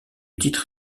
titre